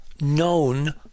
known